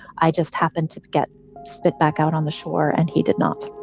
i just happened to get spit back out on the shore and he did not